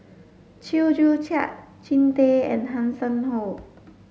Chew Joo Chiat Jean Tay and Hanson Ho